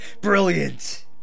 Brilliant